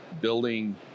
building